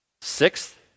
Sixth